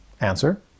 Answer